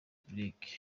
brig